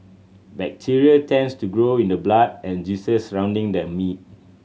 bacteria tends to grow in the blood and juices surrounding the meat